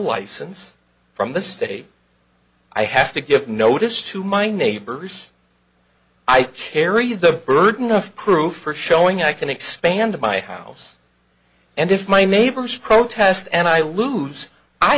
license from the state i have to give notice to my neighbors i carry the burden of proof for showing i can expand my house and if my neighbors protest and i lose i